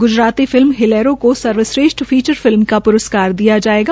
Gujarati film Hellaro को सर्वश्रेष्ठ feature film का प्रस्कार दिया जायेगा